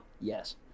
Yes